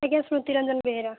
ଆଜ୍ଞା ସ୍ମୃତିରଞ୍ଜନ ବେହେରା